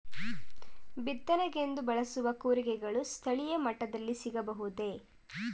ಬಿತ್ತನೆಗೆಂದು ಬಳಸುವ ಕೂರಿಗೆಗಳು ಸ್ಥಳೀಯ ಮಟ್ಟದಲ್ಲಿ ಸಿಗಬಹುದೇ?